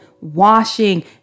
washing